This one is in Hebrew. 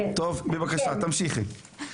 טוב, בבקשה, תמשיכי.